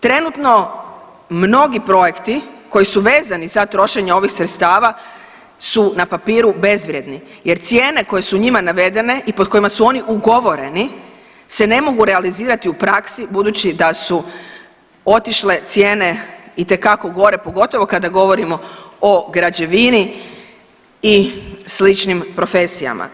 Trenutno mnogi projekti koji su vezani za trošenje ovih sredstava su na papiru bezvrijedni jer cijene koje su njima navedene i pod kojima su oni ugovoreni se ne mogu realizirati u praksi budući da su otišle cijene itekako gore, pogotovo kada govorimo o građevini i sličnim profesijama.